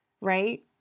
right